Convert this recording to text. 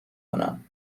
کنم